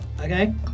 Okay